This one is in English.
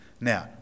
Now